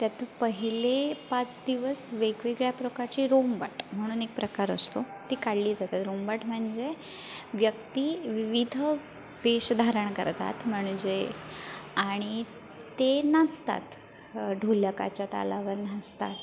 त्यात पहिले पाच दिवस वेगवेगळ्या प्रकारचे रोंबाट म्हणून एक प्रकार असतो ती काढली जातात रोंबाट म्हणजे व्यक्ती विविध वेष धारण करतात म्हणजे आणि ते नाचतात ढोलकाच्या तालावर नाचतात